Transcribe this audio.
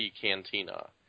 Cantina